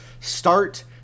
start